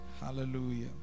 Hallelujah